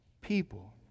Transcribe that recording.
people